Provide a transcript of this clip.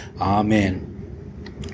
amen